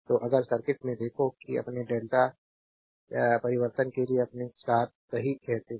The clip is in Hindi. तो अगर सर्किट में देखो कि अपने क्या डेल्टा परिवर्तन के लिए अपने स्टार सही कहते हैं